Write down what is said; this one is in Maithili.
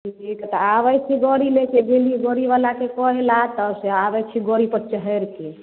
टिपली पता आबै छै गड़ी लयकेँ गेलिअ गड़ी बला केँ कहय लए तऽ आबै छी गड़ी पर चहरि कऽ